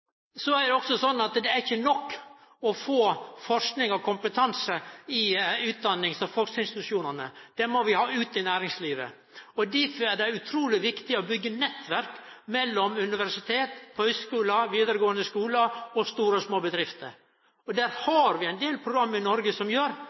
Så er det også sånn at det ikkje er nok å få forsking og kompetanse i utdannings- og forskingsinstitusjonane. Det må vi ha ut til næringslivet. Difor er det utruleg viktig å byggje nettverk mellom universitet, høgskular, vidaregåande skular og store og små bedrifter.